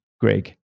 Greg